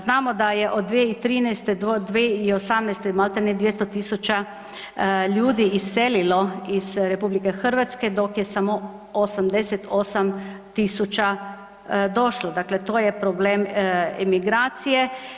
Znamo da je od 2013. do 2018. maltene 200.000 ljudi iselilo iz RH dok je samo 88.000 došlo, dakle to je problem emigracije.